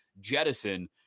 jettison